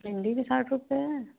भिंडी भी साठ रुपये है